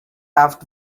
aft